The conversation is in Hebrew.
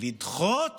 לדחות